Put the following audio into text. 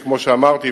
כמו שאמרתי,